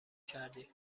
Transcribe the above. کردی